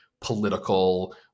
political